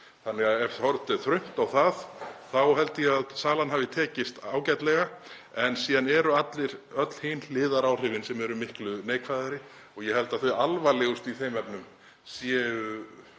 saman. Ef horft er þröngt á það þá held ég að salan hafi tekist ágætlega. En síðan eru öll hin hliðaráhrifin sem eru miklu neikvæðari og ég held að þau alvarlegustu í þeim efnum séu